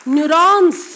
Neurons